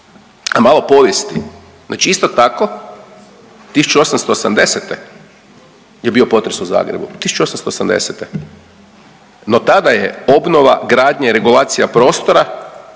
malo povijesti, znači isto tako 1880. je bio potres u Zagrebu, 1880. no tada je obnova gradnje regulacije prostora